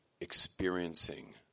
experiencing